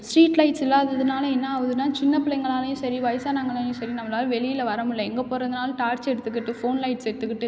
street lights இல்லாததினால என்ன ஆகுதுனா சின்ன பிள்ளைங்களாலையும் சரி வயதானவங்களையும் சரி நம்மளால் வெளியில் வர முடில எங்கே போவதுனாலும் டார்ச் எடுத்துக்கிட்டு ஃபோன் லைட்ஸ் எடுத்துக்கிட்டு